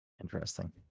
Interesting